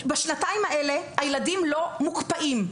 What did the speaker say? בשנתיים האלה הילדים האלה לא מוקפאים,